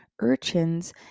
urchins